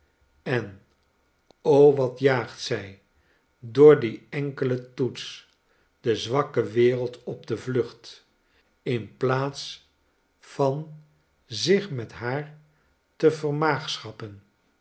en o wat jaagt zij door die enkele toets de zwakke wereld op de vlucht in plaats van zich met haar